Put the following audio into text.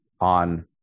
on